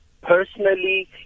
personally